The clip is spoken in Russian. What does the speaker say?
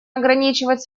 ограничивать